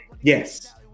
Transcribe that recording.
Yes